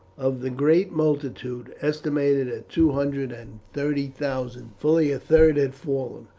of the great multitude, estimated at two hundred and thirty thousand, fully a third had fallen,